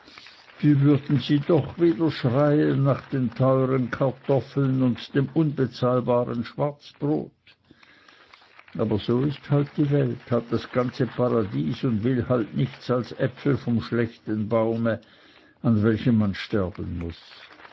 wie würden sie doch wieder schreien nach den teuren kartoffeln und dem unbezahlbaren schwarzbrot aber so ist halt die welt hat das ganze paradies und will halt nichts als äpfel vom schlechten baume an welchen man sterben muß